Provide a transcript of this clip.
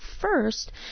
first